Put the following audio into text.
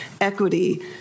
equity